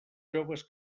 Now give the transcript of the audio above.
joves